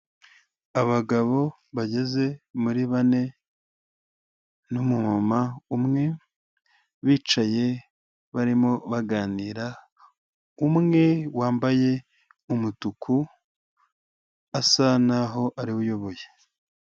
Abagabo bageze muri bane n'umumama umwe, bicaye barimo baganira, umwe wambaye umutuku asa n'aho ari we uyoboye.